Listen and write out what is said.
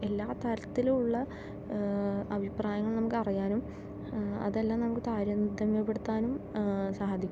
എല്ലാ തരത്തിലുമുള്ള അഭിപ്രായങ്ങൾ നമുക്ക് അറിയാനും അതെല്ലാം നമുക്ക് താരതമ്യപ്പെടുത്താനും സാധിക്കും